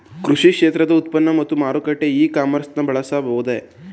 ಕೃಷಿ ಕ್ಷೇತ್ರದ ಉತ್ಪನ್ನ ಮತ್ತು ಮಾರಾಟಕ್ಕೆ ಇ ಕಾಮರ್ಸ್ ನ ಬಳಸಬಹುದೇ?